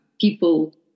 people